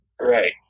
Right